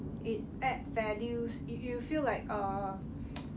it add values you you feel like err